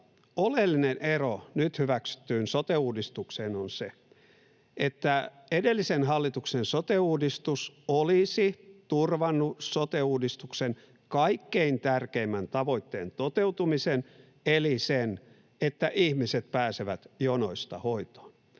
oleellinen ero nyt hyväksyttyyn sote-uudistukseen on se, että edellisen hallituksen sote-uudistus olisi turvannut sote-uudistuksen kaikkein tärkeimmän tavoitteen toteutumisen eli sen, että ihmiset pääsevät jonoista hoitoon.